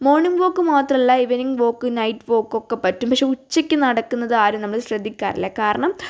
morning walk മാത്രമല്ല evening walk night walk ഒക്കെ പറ്റും പക്ഷേ ഉച്ചയ്ക്ക് നടക്കുന്നത് ആരും നമ്മൾ ശ്രദ്ധിക്കാറില്ല കാരണം